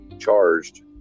charged